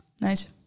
Nice